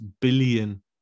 billion